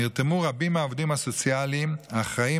נרתמו רבים מהעובדים הסוציאליים האחראים